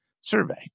survey